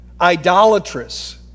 idolatrous